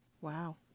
wow